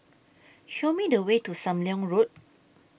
Show Me The Way to SAM Leong Road